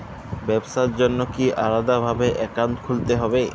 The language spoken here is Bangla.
ব্যাবসার জন্য কি আলাদা ভাবে অ্যাকাউন্ট খুলতে হবে?